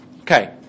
Okay